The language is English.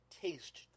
taste